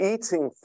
Eating